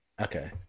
Okay